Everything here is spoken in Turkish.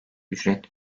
ücret